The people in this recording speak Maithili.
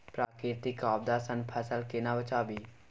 प्राकृतिक आपदा सं फसल केना बचावी?